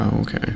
okay